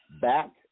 back